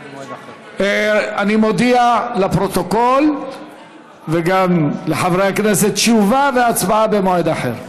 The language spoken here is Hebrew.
אני מודיע לפרוטוקול וגם לחברי הכנסת: תשובה והצבעה במועד אחר.